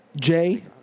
Jay